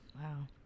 Wow